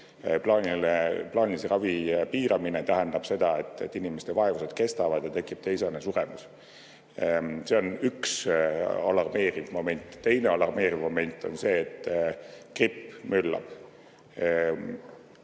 Plaanilise ravi piiramine tähendab seda, et inimeste vaevused kestavad ja tekib teisene suremus. See on üks alarmeeriv moment. Teine alarmeeriv moment on see, et gripp möllab.